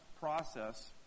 process